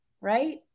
right